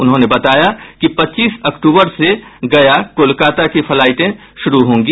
उन्होंने बताया कि पच्चीस अक्टूबर से गया कोलकाता की फ्लाईटें शुरू होगी